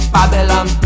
Babylon